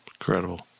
Incredible